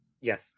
Yes